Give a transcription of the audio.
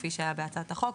כפי שהיה בהצעת החוק,